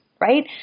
right